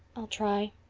i'll try.